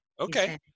Okay